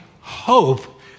hope